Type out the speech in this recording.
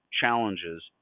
challenges